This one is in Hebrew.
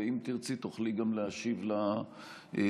אם תרצי, תוכלי גם להשיב לדברים.